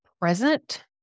present